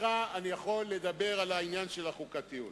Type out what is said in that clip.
אתך אני יכול לדבר על העניין של החוקתיות.